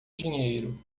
dinheiro